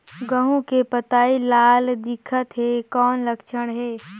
गहूं के पतई लाल दिखत हे कौन लक्षण हे?